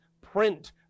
print